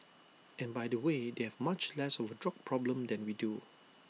and by the way they have much less of drug problem than we do